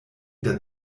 der